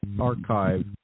archive